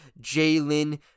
Jalen